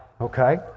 Okay